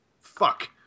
Fuck